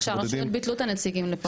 רק שהרשויות ביטלו את הנציגים לפה.